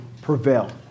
prevail